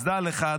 אז דע לך,